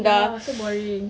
ya so boring